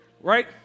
Right